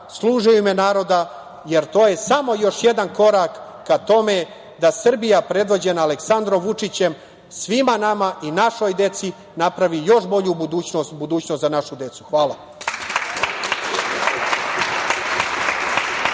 služe u ime naroda, jer to je samo još jedan korak ka tome da Srbija predvođena Aleksandrom Vučićem svima nama i našoj deci napravi još bolju budućnost, budućnost za našu decu. Hvala.